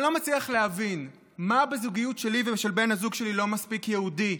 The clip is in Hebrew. אני לא מצליח להבין מה בזוגיות שלי ושל בן הזוג שלי לא מספיק יהודי,